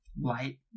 light